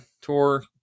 tour